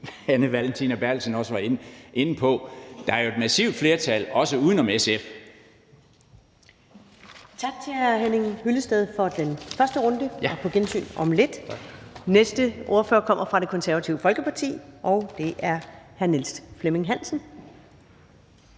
Anne Valentina Berthelsen også var inde på, jo er et massivt flertal, også uden om SF. Kl. 20:22 Første næstformand (Karen Ellemann): Tak til hr. Henning Hyllested for den første runde. På gensyn om lidt. Den næste ordfører kommer fra Det Konservative Folkeparti, og det er hr. Niels Flemming Hansen.